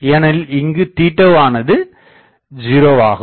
ஏனெனில் இங்கு வானது 0 ஆகும்